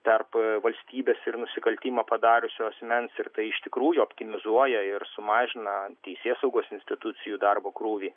tarp valstybės ir nusikaltimą padariusio asmens ir tai iš tikrųjų optimizuoja ir sumažina teisėsaugos institucijų darbo krūvį